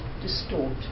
distort